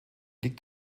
liegt